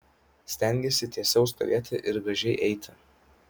stengiesi tiesiau stovėti ir gražiai eiti